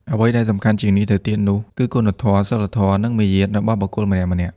អ្វីដែលសំខាន់ជាងនេះទៅទៀតនោះ គឺគុណធម៌ សីលធម៌ និងមារយាទរបស់បុគ្គលម្នាក់ៗ។